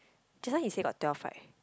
just now you said got twelve right